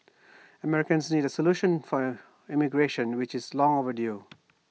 Americans need A solution for immigration which is long overdue